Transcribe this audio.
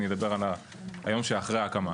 על היום שאחרי ההקמה.